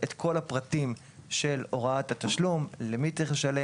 את כל הפרטים של הוראת התשלום: למי צריך לשלם,